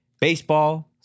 baseball